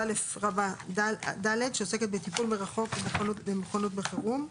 19א(ד) ( טיפול מרחוק ומוכנות בחירום),